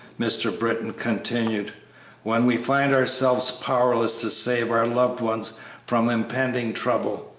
mr. britton continued when we find ourselves powerless to save our loved ones from impending trouble,